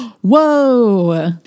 Whoa